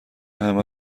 همه